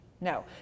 No